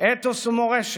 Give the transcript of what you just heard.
"אתוס ומורשת",